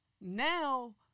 Now